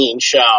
show